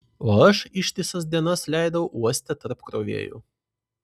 o aš ištisas dienas leidau uoste tarp krovėjų